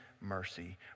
mercy